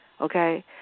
okay